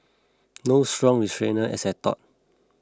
no strong retainer as I thought